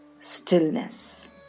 stillness